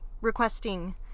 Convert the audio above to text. requesting